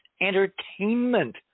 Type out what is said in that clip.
entertainment